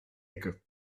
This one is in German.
ecke